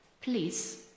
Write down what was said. please